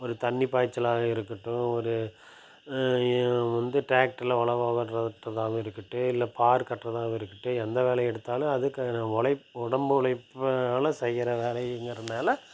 ஒரு தண்ணி பாய்ச்சலாக இருக்கட்டும் ஒரு வந்து டிராக்டரில் உழவு வர்றதாகவும் இருக்கட்டும் இல்லை பார் கட்டுறதாகவும் இருக்கட்டும் எந்த வேலையை எடுத்தாலும் அதுக்கு நம்ம உழைப்பு உடம்பு உழைப்புனால் செய்கிற வேலைங்கிறனால்